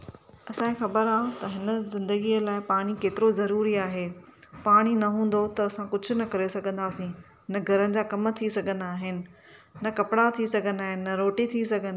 असांखे ख़बरु आहे त हिन ज़िंदगीअ लाइ पाणी केतिरो ज़रूरी आहे पाणी न हूंदो त असां कुझु न करे सघंदासीं न घरनि जा कम थी सघंदा आहिनि न कपिड़ा थी सघंदा आहिनि न रोटी थी सघंदी आहे